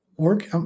Work